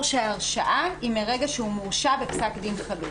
שההרשעה היא מרגע שהוא מורשע בפסק דין חלוט.